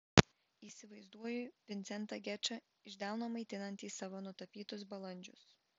įsivaizduoju vincentą gečą iš delno maitinantį savo nutapytus balandžius